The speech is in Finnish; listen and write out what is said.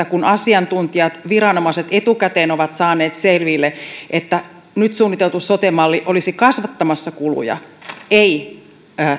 kun asiantuntijat viranomaiset etukäteen ovat saaneet selville että nyt suunniteltu sote malli olisi kasvattamassa kuluja ei